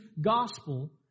gospel